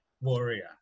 warrior